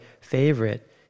favorite